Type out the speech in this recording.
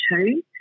two